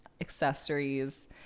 accessories